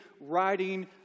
writing